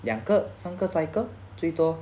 两个三个 cycle 最多